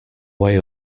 way